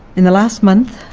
in the last month,